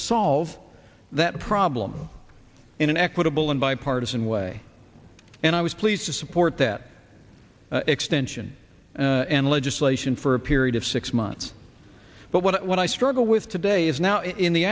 solve that problem in an equitable and bipartisan way and i was pleased to support that extension and legislation for a period of six months but what i struggle with today is now in the